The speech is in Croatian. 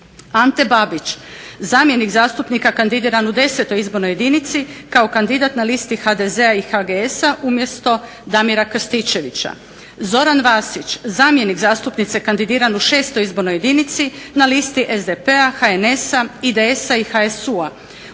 Ante Babić zamjenik zastupnika kandidiran u 10. izbornoj jedinici kao kandidat na listi HDZ-a i HGS-a umjesto Damira Krstičevića, Zoran Vasić zamjenik zastupnice kandidiran u 6. izbornoj jedinici na listi SDP-a, HNS-a, IDS-a i HSU-a